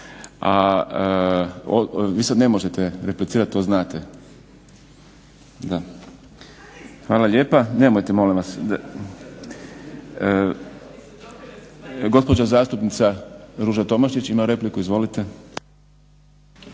Vi sada ne možete replicirati to znate. Hvala lijepa. Nemojte molim vas. Gospođa zastupnica Ruža Tomašić ima repliku. Izvolite.